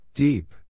Deep